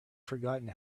forgotten